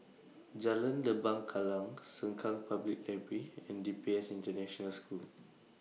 Jalan Lembah Kallang Sengkang Public Library and D P S International School